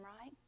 right